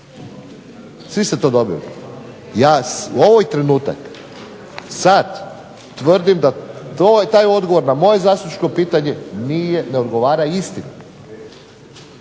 Svi ste to dobili. Ja ovaj trenutak, sad tvrdim da taj odgovor na moje zastupničko pitanje nije, ne odgovara istini.